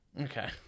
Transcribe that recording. Okay